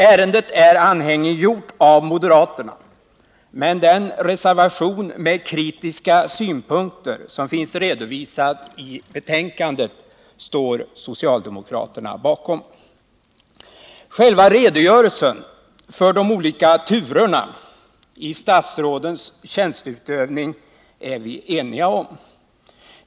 Ärendet är anhängiggjort av moderaterna, men den reservation med kritiska synpunkter som finns redovisad i betänkandet står socialdemokraterna bakom. Själva redogörelsen för de olika turerna i statsrådens tjänsteutövning är vi eniga om.